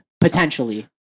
potentially